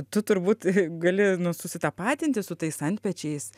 tu turbūt gali nu susitapatinti su tais antpečiais